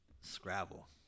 Scrabble